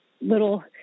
little